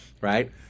right